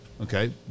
Okay